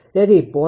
તેથી 0